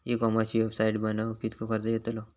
E कॉमर्सची website बनवक किततो खर्च येतलो?